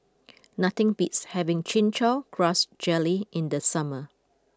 nothing beats having Chin Chow Grass Jelly in the summer